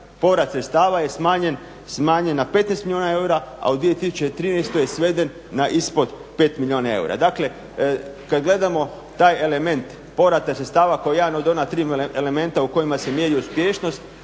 povrat sredstava je smanjen na 15 milijuna eura a u 2013.je sveden na ispod pet milijuna eura. Dakle, kad gledamo taj element povrata sredstava kao jedan od ona tri elementa u kojima se mjeri uspješnost